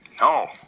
No